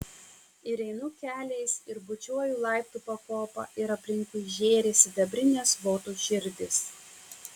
ir einu keliais ir bučiuoju laiptų pakopą ir aplinkui žėri sidabrinės votų širdys